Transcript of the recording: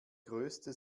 größte